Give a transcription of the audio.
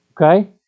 Okay